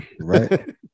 right